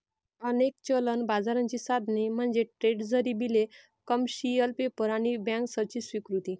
अनेक चलन बाजाराची साधने म्हणजे ट्रेझरी बिले, कमर्शियल पेपर आणि बँकर्सची स्वीकृती